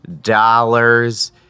Dollars